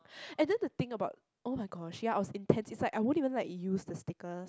and the the thing about oh-my-gosh ya I will intensive I won't even like use the sticker